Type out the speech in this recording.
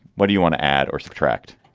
what do you want to add or subtract?